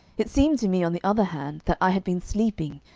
it seemed to me, on the other hand, that i had been sleeping,